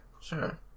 sure